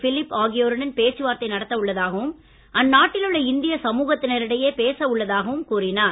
Philip ஆகியோருடன் பேச்சுவார்தை நடத்த உள்ளதாகவும் அந்நாட்டில் உள்ள இந்திய சமூகத்தினரிடையே பேச உள்ளதாகவும் கூறினார்